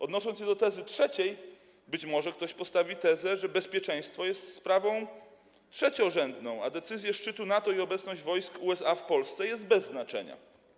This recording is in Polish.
Odnosząc się do tezy trzeciej, być może ktoś postawi tezę, że bezpieczeństwo jest sprawą trzeciorzędną, a decyzje szczytu NATO i obecność wojsk USA w Polsce są bez znaczenia.